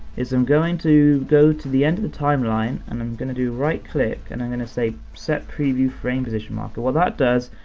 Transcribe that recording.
is i'm going to go to the end of the timeline, and i'm gonna do right click, and i'm gonna say set preview frame position marker. what that does,